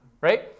right